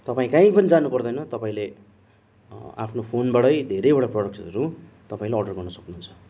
तपाईँ कहीँ पनि जानु पर्दैन तपाईँले आफ्नो फोनबाटै धेरैवटा प्रडक्टसहरू तपाईँले अर्डर गर्न सक्नुहुन्छ